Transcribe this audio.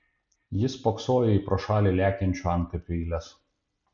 jis spoksojo į pro šalį lekiančių antkapių eiles